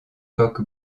coq